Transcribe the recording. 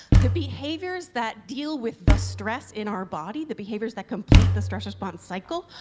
the behaviors that deal with the stress in our body, the behaviors that complete the stress response cycle,